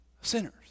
sinners